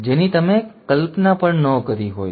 જેની તમે કલ્પના પણ નહીં કરી હોય